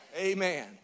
amen